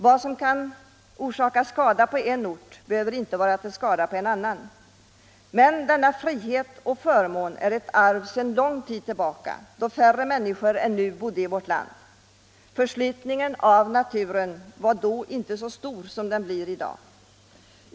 Vad som kan orsaka skada på en ort behöver inte vara till skada på en annan. Denna frihet och förmån är ett arv sedan lång tid tillbaka, när färre människor än nu bodde i vårt land. Förslitningen av naturen var då inte så stor som i dag.